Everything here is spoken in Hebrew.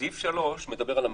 סעיף (3) מדבר על המחזיק.